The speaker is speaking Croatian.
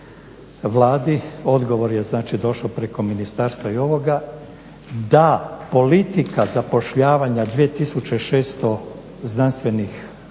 Vladi, odgovor je znači došao preko ministarstva i ovoga. Da politika zapošljavanja 2600 financiranja